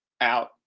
out